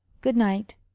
Good-night